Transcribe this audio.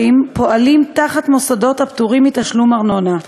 פועלים תחת מוסדות הפטורים מתשלום ארנונה,